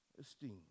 esteem